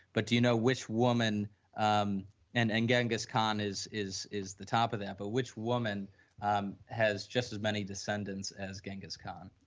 but do you know which woman um and and genghis khan is is the top of that, but which woman um has just as many descendants as genghis khan?